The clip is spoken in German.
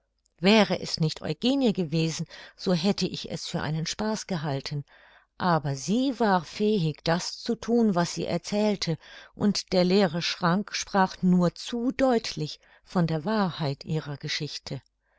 wäre es nicht eugenie gewesen so hätte ich es für einen spaß gehalten aber sie war fähig das zu thun was sie erzählte und der leere schrank sprach nur zu deutlich von der wahrheit ihrer geschichte